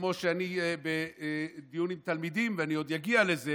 כמו שאני בדיון עם תלמידים, ואני עוד אגיע לזה